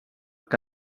que